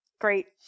Great